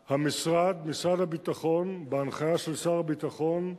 המשרד, משרד הביטחון, בהנחיה של שר הביטחון,